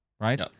right